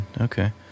Okay